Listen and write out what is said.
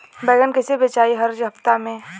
बैगन कईसे बेचाई हर हफ्ता में?